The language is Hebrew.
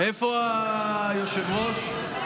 איפה היושב-ראש?